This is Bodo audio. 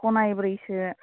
फनायब्रैसो